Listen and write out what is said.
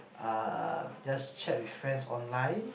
uh just chat with friends online